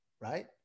Right